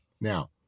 Now